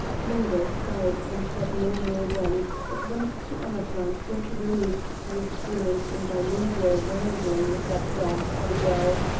mungo sighed and said no more then, but went to annapla and sought relief for his feelings in bilingual wrangling with that dark abigail.